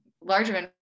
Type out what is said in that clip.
larger